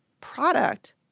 product